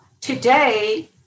today